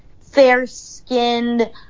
fair-skinned